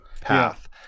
path